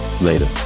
Later